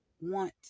want